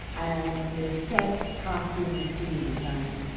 and the set, costume, and scene designer.